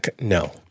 No